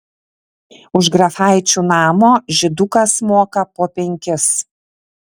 už grafaičių namo žydukas moka po penkis